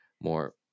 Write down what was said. more